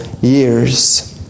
years